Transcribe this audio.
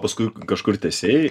paskui kažkur tęsėjai